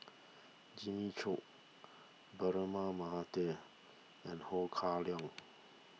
Jimmy Chok Braema Mathi and Ho Kah Leong